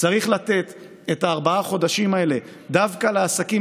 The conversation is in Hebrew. צריך לתת את ארבעת החודשים האלה דווקא לעסקים,